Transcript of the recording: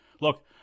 Look